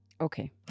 Okay